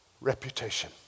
reputation